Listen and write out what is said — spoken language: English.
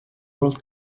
world